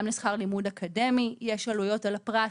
גם לשכר לימוד אקדמי יש עלויות על הפרט,